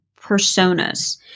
personas